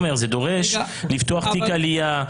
זה דורש לפתוח תיק עלייה,